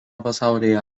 pasaulyje